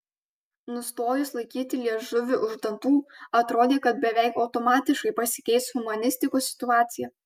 nustojus laikyti liežuvį už dantų atrodė kad beveik automatiškai pasikeis humanistikos situacija